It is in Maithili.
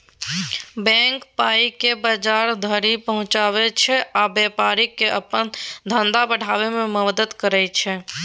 बैंक पाइकेँ बजार धरि पहुँचाबै छै आ बेपारीकेँ अपन धंधा बढ़ाबै मे मदद करय छै